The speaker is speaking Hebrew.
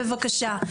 בבקשה.